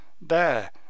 There